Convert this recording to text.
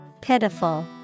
Pitiful